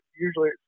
Usually